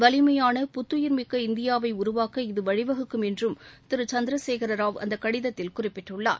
வலிமையாள புத்துயிர்மிக்க இந்தியாவை உருவாக்க இது வழிவகுக்கும் என்று திரு சந்திரசேகரராவ் அந்த கடிதத்தில் குறிப்பிட்டுள்ளார்